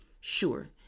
Sure